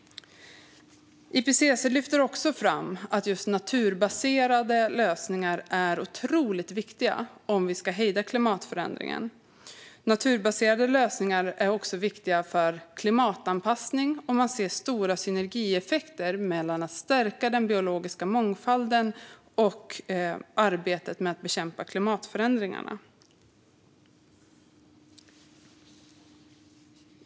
IPCC lyfter också fram att just naturbaserade lösningar är otroligt viktiga om vi ska hejda klimatförändringarna. Naturbaserade lösningar är också viktiga för klimatanpassning. Man ser stora synergieffekter mellan att stärka den biologiska mångfalden och arbetet med att bekämpa klimatförändringarna.